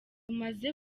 umaze